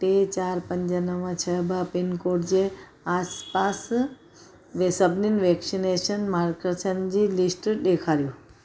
टे चारि पंज नव छह ॿ पिनकोड जे आसिपासि में सभिनिनि वैक्सनेशन मर्कज़नि जी लिस्ट ॾेखारियो